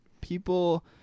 people